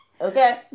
Okay